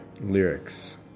lyrics